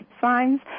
signs